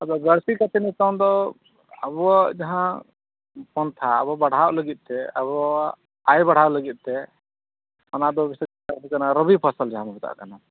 ᱟᱫᱚ ᱵᱟᱹᱲᱛᱤ ᱠᱟᱭᱛᱮ ᱱᱤᱛᱚᱝ ᱫᱚ ᱟᱵᱚᱣᱟᱜ ᱡᱟᱦᱟᱸ ᱯᱚᱱᱛᱷᱟ ᱟᱵᱚ ᱵᱟᱲᱦᱟᱣᱚᱜ ᱞᱟᱹᱜᱤᱫ ᱛᱮ ᱟᱵᱚᱣᱟᱜᱼᱟᱭ ᱵᱟᱲᱦᱟᱣ ᱞᱟᱹᱜᱤᱫ ᱛᱮ ᱚᱱᱟ ᱫᱚᱠᱚ ᱢᱮᱛᱟᱜ ᱠᱟᱱᱟ ᱨᱚᱵᱤ ᱯᱷᱚᱥᱚᱞ ᱡᱟᱦᱟᱸ ᱵᱚᱱ ᱢᱮᱛᱟᱜ ᱠᱟᱱᱟ